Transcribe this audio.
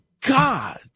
God